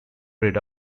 breed